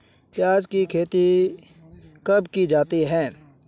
प्याज़ की खेती कब की जाती है?